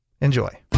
enjoy